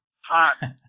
hot